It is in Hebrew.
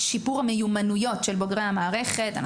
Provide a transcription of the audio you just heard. שיפור המיומנויות של בוגרי המערכת.